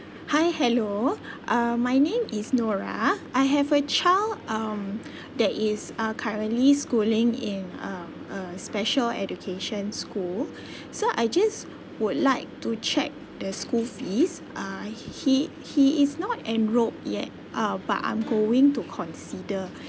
hi hello uh my name is nora I have a child um that is uh currently schooling in um a special education school so I just would like to check the school fees uh he he is not enrolled yet uh but I'm going to consider